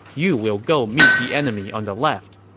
you will go meet the enemy on the left.